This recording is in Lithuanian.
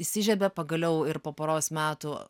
įsižiebė pagaliau ir po poros metų